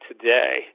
today